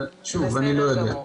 שוב אני לא יודע.